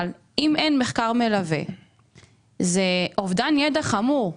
אבל אם אין מחקר מלווה זה אובדן ידע חמור.